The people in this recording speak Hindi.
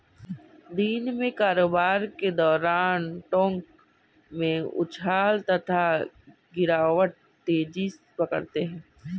दिन में कारोबार के दौरान टोंक में उछाल तथा गिरावट तेजी पकड़ते हैं